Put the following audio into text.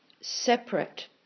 separate